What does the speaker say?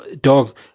dog